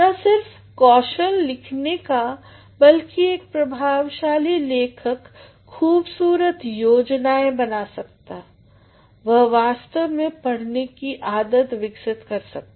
न सिर्फ कौशल लिखने का बल्कि एक प्रभावशाली लेखक खूबसूरत योजनाएं बना सकता वह वास्तव में पढ़ने की आदत विकसित कर सकता है